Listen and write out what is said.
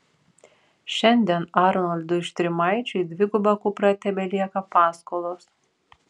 šiandien arnoldui štrimaičiui dviguba kupra tebelieka paskolos